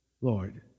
Lord